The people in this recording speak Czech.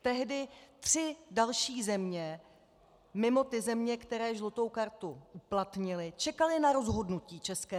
Tehdy tři další země mimo ty země, které žlutou kartu uplatnily, čekaly na rozhodnutí ČR.